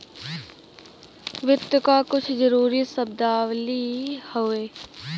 वित्त क कुछ जरूरी शब्दावली हउवे